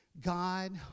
God